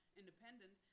independent